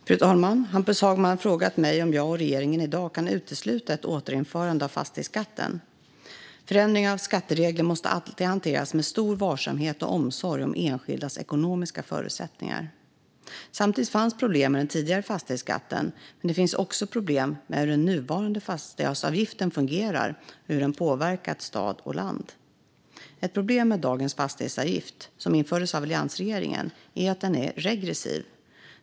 Fru talman! har frågat mig om jag och regeringen i dag kan utesluta ett återinförande av fastighetsskatten. Förändringar av skatteregler måste alltid hanteras med stor varsamhet och omsorg om enskildas ekonomiska förutsättningar. Det fanns problem med den tidigare fastighetsskatten, men det finns också problem med hur den nuvarande fastighetsavgiften fungerar och hur den har påverkat stad och land. Ett problem med dagens fastighetsavgift, som infördes av alliansregeringen, är att den är regressiv.